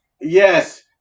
Yes